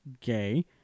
gay